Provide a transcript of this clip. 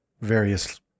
various